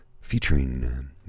Featuring